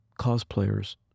cosplayers